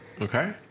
Okay